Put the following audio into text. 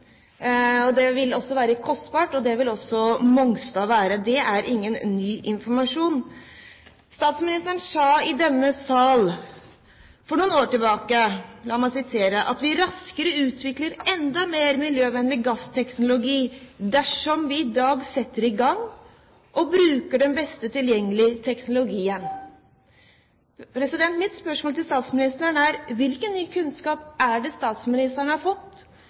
Det vil være kostbart, og det vil også Mongstad være. Det er ingen ny informasjon. Statsministeren sa i denne sal for noen år tilbake at vi raskere utvikler enda mer miljøvennlig gassteknologi dersom vi i dag setter i gang og bruker den beste tilgjengelige teknologien. Mitt spørsmål til statsministeren er: Hvilken ny kunnskap har statsministeren fått de senere årene som gjør at det